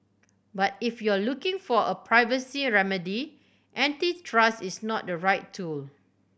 but if you're looking for a privacy remedy antitrust is not the right tool